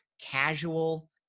casual